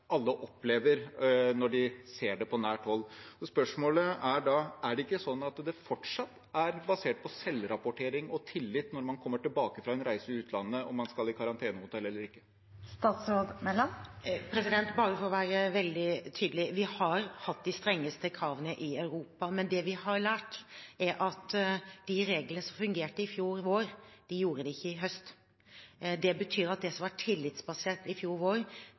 alle opplever når de ser det på nært hold. Spørsmålet er da: Er det ikke sånn at det fortsatt er basert på selvrapportering og tillit når man kommer tilbake fra en reise i utlandet, om man skal på karantenehotell eller ikke? For å være veldig tydelig: Vi har hatt de strengeste kravene i Europa, men det vi har lært, er at de reglene som fungerte i fjor vår, gjorde det ikke i høst. Det betyr at det som var tillitsbasert i fjor vår,